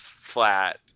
flat